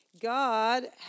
God